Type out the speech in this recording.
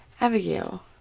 Abigail